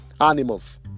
animals